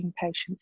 patients